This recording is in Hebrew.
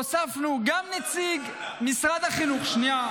הוספנו גם נציג משרד החינוך ------ שנייה,